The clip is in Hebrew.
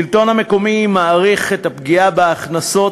השלטון המקומי מעריך את הפגיעה בהכנסות